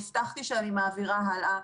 הבטחתי שאני מעבירה הלאה.